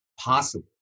possible